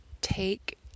take